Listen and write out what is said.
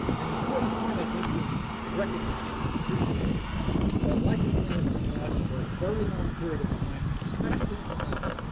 an important point. i think you recognize and appreciate is that lichen planus can last for a very long period of time especially in the mouth.